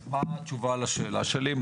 אז מה התשובה לשאלה שלי?